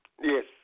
Yes